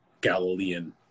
Galilean